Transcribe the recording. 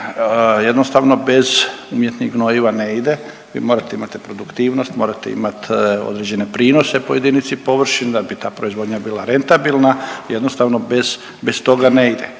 jednostavno bez umjetnih gnojiva ne ide, vi morate imati produktivnost, morate imat određene prinose po jedinici površina da bi ta proizvodnja bila rentabilna, jednostavno bez, bez toga ne ide.